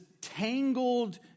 tangled